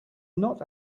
not